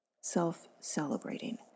self-celebrating